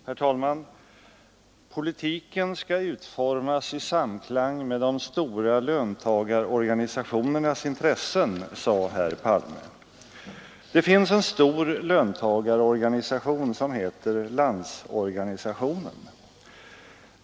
Herr talman! Politiken skall utformas i samklang med de stora löntagarorganisationernas intressen, sade herr Palme. Det finns en stor löntagarorganisation som heter Landsorganisationen.